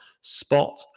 spot